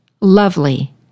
lovely